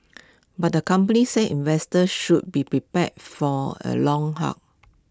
but the company said investors should be prepared for A long haul